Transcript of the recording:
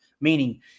Meaning